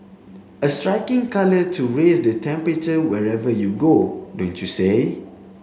a striking colour to raise the temperature wherever you go don't you say